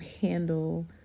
handle